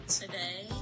today